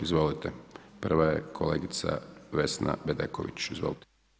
Izvolite, prva je kolegica Vesna Bedeković, izvolite.